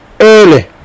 early